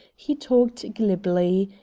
he talked glibly.